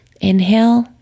inhale